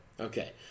Okay